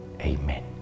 Amen